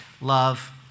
Love